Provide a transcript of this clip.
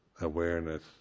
awareness